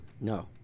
No